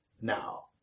now